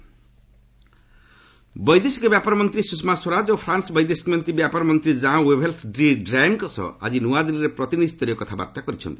India France ବୈଦେଶିକ ବ୍ୟାପାର ମନ୍ତ୍ରୀ ସୁଷମା ସ୍ୱରାଜ ଫ୍ରାନ୍ନ ବୈଦେଶିକ ବ୍ୟାପାର ମନ୍ତ୍ରୀ କାଁ ୱେଭ୍ସ୍ ଲି ଡ୍ରାୟନ୍ଙ୍କ ସହ ଆଜି ନୂଆଦିଲ୍ଲୀରେ ପ୍ରତିନିଧିସ୍ଠରୀୟ କଥାବାର୍ତ୍ତା କରିଛନ୍ତି